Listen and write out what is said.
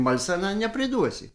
malseną nepriduosi